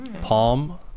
Palm